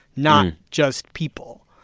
not just people.